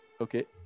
Okay